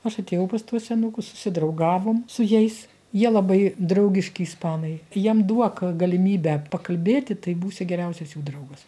aš atėjau pas tuos senukus susidraugavom su jais jie labai draugiški ispanai jiem duok galimybę pakalbėti tai būsi geriausias jų draugas